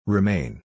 Remain